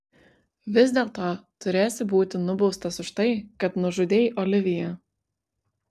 vis dėlto turėsi būti nubaustas už tai kad nužudei oliviją